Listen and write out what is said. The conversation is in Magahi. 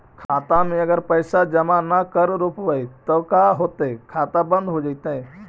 खाता मे अगर पैसा जमा न कर रोपबै त का होतै खाता बन्द हो जैतै?